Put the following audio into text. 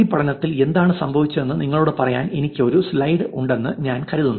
ഈ പഠനത്തിൽ എന്താണ് സംഭവിച്ചതെന്ന് നിങ്ങളോട് പറയാൻ എനിക്ക് ഒരു സ്ലൈഡ് ഉണ്ടെന്ന് ഞാൻ കരുതുന്നു